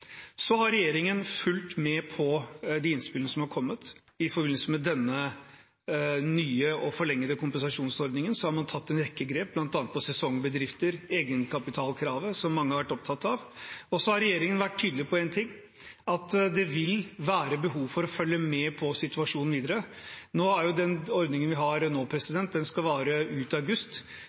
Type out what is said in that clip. har fulgt med på de innspillene som har kommet. I forbindelse med denne nye og forlengede kompensasjonsordningen har man tatt en rekke grep, bl.a. når det gjelder sessongbedrifter, egenkapitalkravet, som mange har vært opptatt av. Og regjeringen har vært tydelig på en ting – at det vil være behov for å følge med på situasjonen videre. Den ordningen vi har nå, skal vare ut august.